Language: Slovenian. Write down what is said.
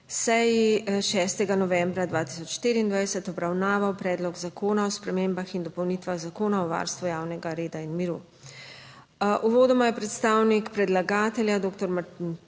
seji 6. novembra 2024 obravnaval Predlog zakona o spremembah in dopolnitvah Zakona o varstvu javnega reda in miru. Uvodoma je predstavnik predlagatelja doktor Martin